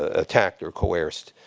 ah attacked or coerced.